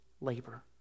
labor